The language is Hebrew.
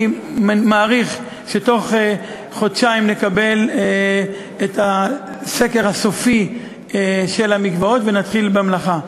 אני מעריך שתוך חודשיים נקבל את הסקר הסופי של המקוואות ונתחיל במלאכה.